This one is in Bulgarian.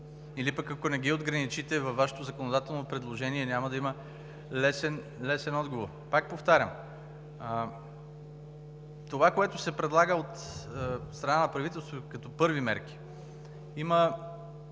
или пък ако не ги отграничите във Вашето законодателно предложение, няма да има лесен отговор. Пак повтарям, това, което се предлага от страна на правителството като първи мерки, има